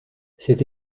cette